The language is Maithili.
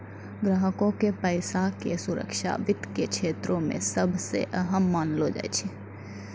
ग्राहको के पैसा के सुरक्षा वित्त के क्षेत्रो मे सभ से अहम मानलो जाय छै